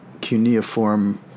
cuneiform